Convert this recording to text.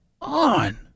on